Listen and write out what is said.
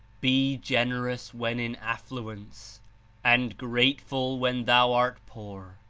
be generous when in affluence and grateful when thou art poor.